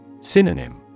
Synonym